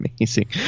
amazing